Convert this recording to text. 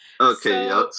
Okay